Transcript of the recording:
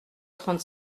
trente